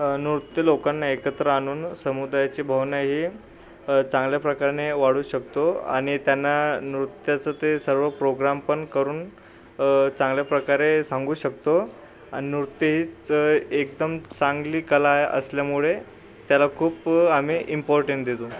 नृत्य लोकांना एकत्र आणून समुदायाची भावना ही चांगल्या प्रकाराने वाढवू शकतो आणि त्यांना नृत्याचं ते सर्व प्रोग्राम पण करून चांगल्या प्रकारे सांगू शकतो आणि नृत्य हीच एकदम चांगली कला आहे असल्यामुळे त्याला खूप आम्ही इम्पॉर्टंट देतो